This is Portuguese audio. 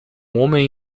homem